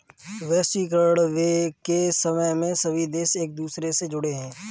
वैश्वीकरण के समय में सभी देश एक दूसरे से जुड़े है